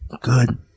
good